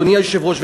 אדוני היושב-ראש,